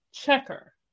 Checker